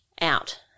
out